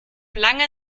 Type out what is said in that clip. lange